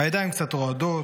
/ הידיים קצת רועדות,